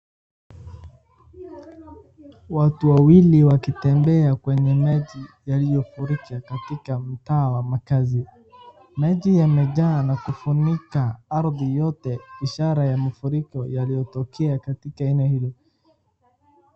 watu wawili wakitembea kwenye maji yaliyofurika katika mtaa wa makazi. Maji yamejaa na kufunika ardhi yote ishara ya mafuriko yaliyotokea katika eneo hilo.